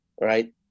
right